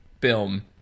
film